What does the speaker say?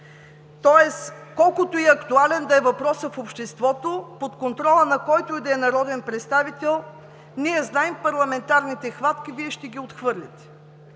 Тоест колкото и актуален да е въпросът в обществото, под контрола на който и да е народен представител, ние знаем парламентарните хватки – Вие ще го отхвърлите.